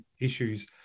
issues